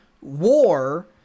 war